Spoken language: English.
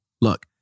look